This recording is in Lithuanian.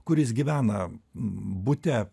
kuris gyvena bute